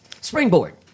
Springboard